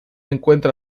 encuentra